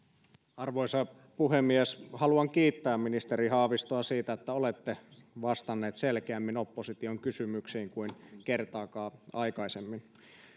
arvoisa puhemies haluan kiittää ministeri haavistoa siitä että olette vastannut opposition kysymyksiin selkeämmin kuin kertaakaan aikaisemmin